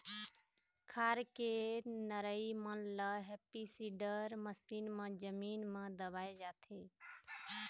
खार के नरई मन ल हैपी सीडर मसीन म जमीन म दबाए जाथे